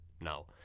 now